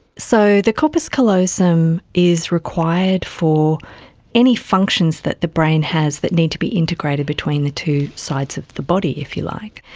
so the corpus callosum is required for any functions that the brain has that need to be integrated between the two sides of the body, if you like,